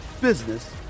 business